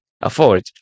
afford